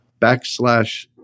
backslash